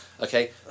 Okay